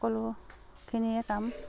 সকলো খিনিয়ে কাম